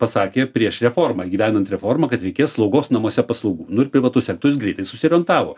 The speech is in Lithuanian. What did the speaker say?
pasakė prieš reformą įgyvendinant reformą kad reikės slaugos namuose paslaugų nu ir privatus sektorius greitai susiorientavo